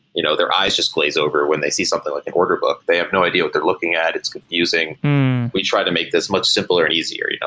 you know their eyes just glaze over when they see something like a order book. they have no idea what they're looking at. it's confusing we try to make this much simpler and easier. yeah